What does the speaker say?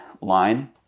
line